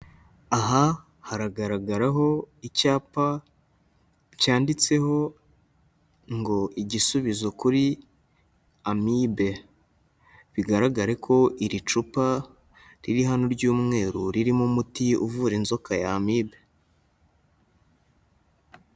Aha haragaragaraho icyapa cyanditseho ngo igisubizo kuri amibe, bigaragare ko iri cupa riri hano ry'umweru ririmo umuti uvura inzoka ya Amibe.